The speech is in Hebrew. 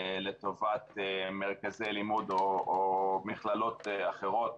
לטובת מרכזי לימוד או מכללות אחרות.